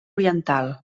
oriental